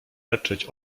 leczyć